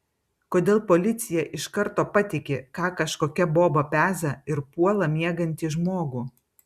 kodėl policija iš karto patiki ką kažkokia boba peza ir puola miegantį žmogų